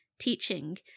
teaching